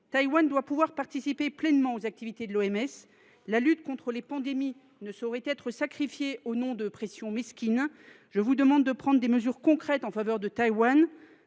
Taïwan doit pouvoir participer pleinement aux activités de l’OMS. La lutte contre les pandémies ne saurait être sacrifiée du fait de pressions mesquines. Je vous demande donc de prendre des mesures concrètes en faveur de Taïwan.